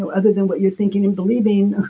so other than what you're thinking and believing,